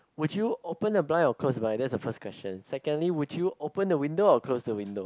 would you open the blind or close the blind that's the first question secondly would you open the window or close the window